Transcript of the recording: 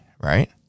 right